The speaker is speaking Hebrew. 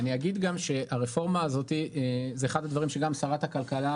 אני אגיד גם שברפורמה הזאת אחד הדברים שגם שרת הכלכלה